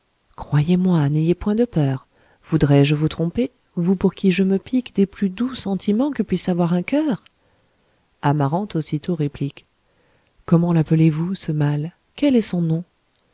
croyez-moi n'ayez point de peur voudrais-je vous tromper vous pour qui je me pique des plus doux sentiments que puisse avoir un cœur amarante aussitôt réplique comment lappelez vous ce mal quel est son nom